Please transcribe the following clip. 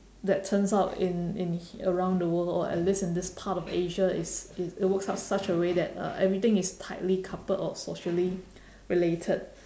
that turns out in in around the world or at least in this part of asia is it works out such a way that uh everything is tightly coupled or socially related